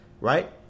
right